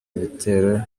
ibitero